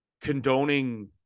condoning